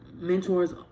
mentors